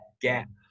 gap